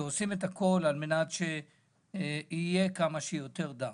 ועושים הכול כדי שיהיה כמה שיותר דם.